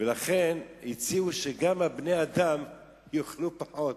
ולכן, הציעו שגם בני-האדם יאכלו פחות